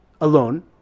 alone